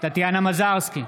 טטיאנה מזרסקי,